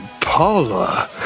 Paula